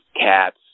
cats